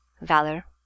valor